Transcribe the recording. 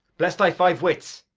bless thy five wits!